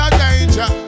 danger